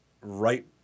right